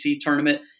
tournament